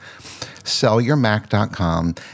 SellYourMac.com